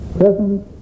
present